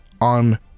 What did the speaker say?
on